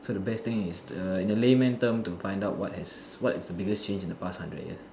so the best thing is to err in a layman term to find out what is what is the biggest change in the past one hundred years